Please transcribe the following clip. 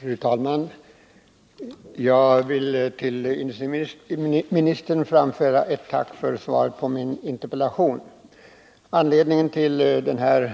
Fru talman! Jag vill till industriministern framföra ett tack för svaret på min interpellation. Anledningarna till min